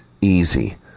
easy